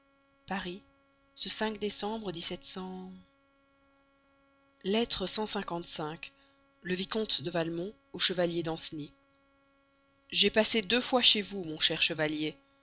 paris ce décembre lettre vicq le vicomte de valmont au chevalier danceny j'ai passé deux fois chez vous mon cher chevalier